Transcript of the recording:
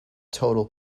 total